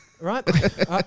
Right